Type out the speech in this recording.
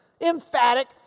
emphatic